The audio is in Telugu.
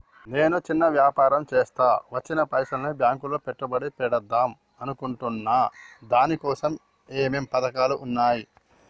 నేను చిన్న వ్యాపారం చేస్తా వచ్చిన పైసల్ని బ్యాంకులో పెట్టుబడి పెడదాం అనుకుంటున్నా దీనికోసం ఏమేం పథకాలు ఉన్నాయ్?